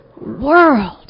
world